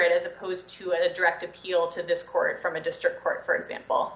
it as opposed to a direct appeal to this court from a district court for example